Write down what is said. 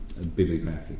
bibliographic